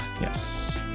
Yes